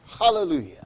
hallelujah